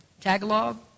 Tagalog